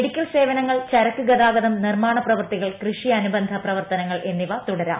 medical സേവനങ്ങൾ ചരക്കു ഗതാഗതം നിർമാണ പ്രവൃത്തികൾ കൃഷി അനുബന്ധ പ്രവർത്തനങ്ങൾ എന്നിവ തുടരാം